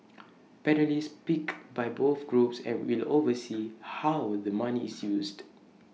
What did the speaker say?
panellists picked by both groups and will oversee how the money is used